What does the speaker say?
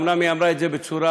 אומנם היא אמרה את זה בצורה,